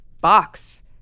box